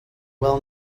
well